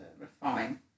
refine